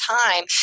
time